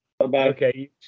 Okay